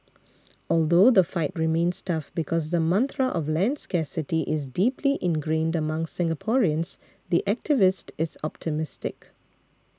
although the fight remains tough because the mantra of land scarcity is deeply ingrained among Singaporeans the activist is optimistic